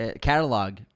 catalog